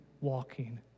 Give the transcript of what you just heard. walking